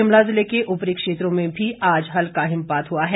शिमला जिले के ऊपरी क्षेत्रों में भी आज हल्का हिमपात हुआ है